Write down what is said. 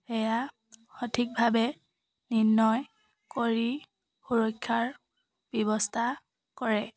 সেয়া সঠিকভাৱে নিৰ্ণয় কৰি সুৰক্ষাৰ ব্যৱস্থা কৰে